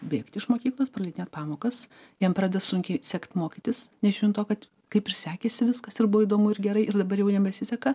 bėgti iš mokyklos praleidinėt pamokas jam pradeda sunkiai sekt mokytis nežiūrint to kad kaip ir sekėsi viskas ir buvo įdomu ir gerai ir dabar jau nebesiseka